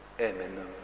Amen